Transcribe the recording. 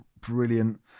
brilliant